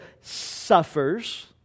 suffers